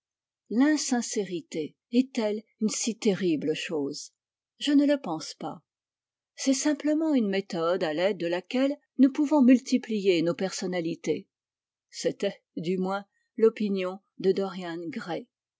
est-elle une si terrible chose je ne le pense pas c'est simplement une méthode à l'aide de laquelle nous pouvons multiplier nos personnalités c'était du moins l'opinion de dorian gray